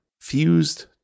fused